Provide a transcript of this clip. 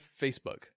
Facebook